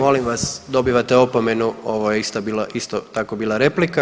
Molim vas, dobivate opomenu ovo je isto tako bila replika.